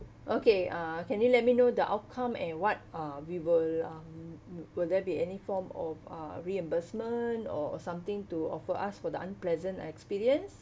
okay uh can you let me know the outcome and what uh we will uh will there be any form of uh reimbursement or something to offer us for the unpleasant experience